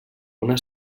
una